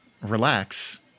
relax